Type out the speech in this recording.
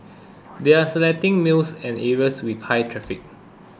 they are selecting malls and areas with high traffic